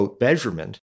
Measurement